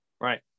right